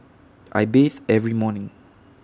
I bathe every morning